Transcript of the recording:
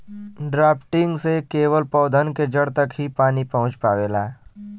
drafting से केवल पौधन के जड़ तक ही पानी पहुँच पावेला